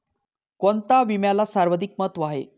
कोणता विम्याला सर्वाधिक महत्व आहे?